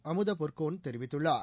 அமுது பொற்கோன் தெரிவித்துள்ளார்